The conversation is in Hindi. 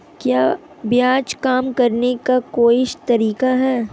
क्या ब्याज कम करने का कोई तरीका है?